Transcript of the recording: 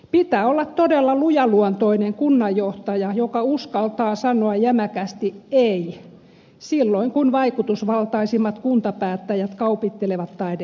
pitää olla todella lujaluontoinen kunnanjohtaja joka uskaltaa sanoa jämäkästi ei silloin kun vaikutusvaltaisimmat kuntapäättäjät kaupittelevat taide esineitä